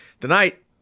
tonight